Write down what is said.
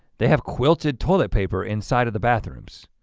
they have quilted toilet paper inside of the bathrooms.